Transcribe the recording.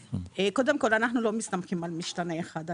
קודם כל אנחנו לא מסתמכים על משתנה אחד.